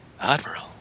admiral